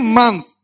month